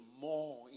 more